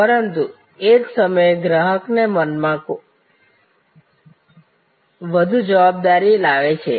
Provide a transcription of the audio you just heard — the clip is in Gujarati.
પરંતુ તે જ સમયે ગ્રાહકોના મનમાં વધુ જવાબદારી લાવે છે